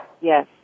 Yes